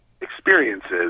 experiences